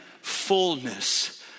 fullness